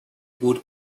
gut